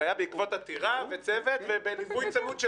זה היה בעקבות עתירה וצוות ובליווי צמוד של